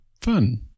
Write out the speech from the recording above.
fun